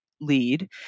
lead